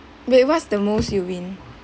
wait what's the most you win